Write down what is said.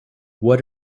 what